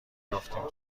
بیفتیم